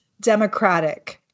democratic